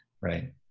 right